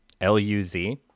L-U-Z